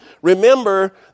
Remember